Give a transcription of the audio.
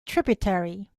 tributary